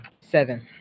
seven